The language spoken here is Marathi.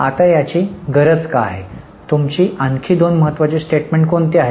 आता याची गरज का आहे तुमची आणखी दोन महत्त्वाची स्टेटमेंट कोणती आहेत